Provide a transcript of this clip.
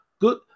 good